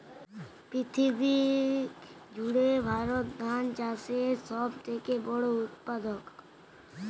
পৃথিবী জুড়ে ভারত ধান চাষের সব থেকে বড় উৎপাদক